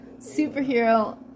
superhero